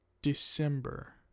December